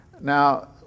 Now